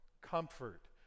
comfort